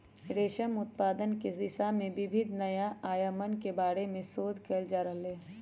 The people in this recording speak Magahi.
रेशम उत्पादन के दिशा में विविध नया आयामन के बारे में शोध कइल जा रहले है